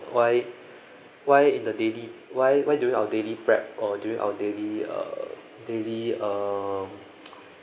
why why in the daily why why during our daily prep or during our daily uh daily um